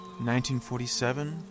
1947